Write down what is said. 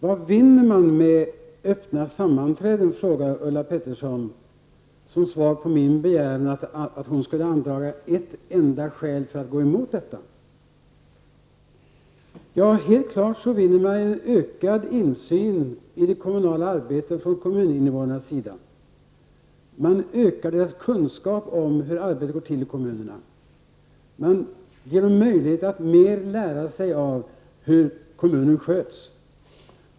Som svar på min begäran att Ulla Pettersson skulle anföra ett enda skäl för att gå emot detta frågade Ulla Persson vad man vinner med öppna sammanträden. Helt klart vinner kommuninvånarna en ökad insyn i det kommunala arbetet. Deras kunskaper om hur arbetet går till i kommunerna ökas. De får möjlighet att lära sig mera om hur kommunen sköts.